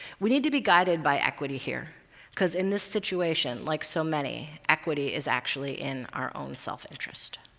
we need to be guided by equity here because in this situation, like so many, equity is actually in our own self-interest.